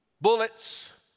bullets